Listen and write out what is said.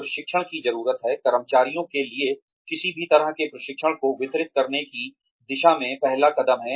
प्रशिक्षण की जरूरत है कर्मचारियों के लिए किसी भी तरह के प्रशिक्षण को वितरित करने की दिशा में पहला कदम है